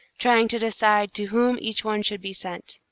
trying to decide to whom each one should be sent.